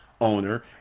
owner